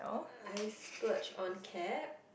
I splurge on cab